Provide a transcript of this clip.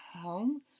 home